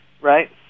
Right